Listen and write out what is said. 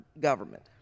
government